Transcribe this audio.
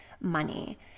money